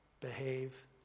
behave